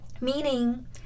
meaning